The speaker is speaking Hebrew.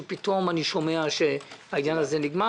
שפתאום אני שומע שהעניין הזה נגמר.